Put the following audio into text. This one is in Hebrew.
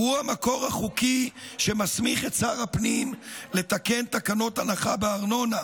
הוא המקור החוקי שמסמיך את שר הפנים לתקן תקנות הנחה בארנונה,